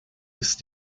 ist